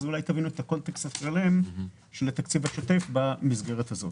אז אולי תבינו את הקונטקסט השלם של התקציב השוטף במסגרת הזאת.